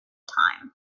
time